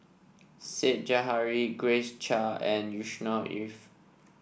Said Zahari Grace Chia and Yusnor Ef